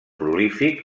prolífic